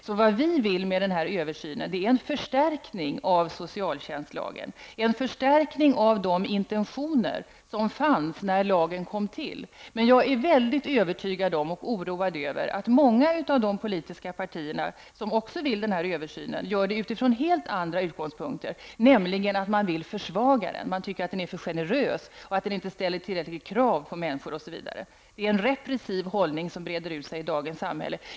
Vad vi alltså vill med den här översynen är en förstärkning av socialtjänstlagen, en förstärkning av de intentioner som fanns när lagen kom till. Men jag är övertygad om, och oroad över, att många av de politiska partier som önskar den här översynen gör det utifrån helt olika utgångspunkter. Man vill nämligen försvaga socialtjänstlagen, därför att man tycker att den är för generös och att den inte ställer tillräckliga krav på människor. Det är en repressiv hållning som breder ut sig i dagens samhälle.